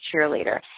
cheerleader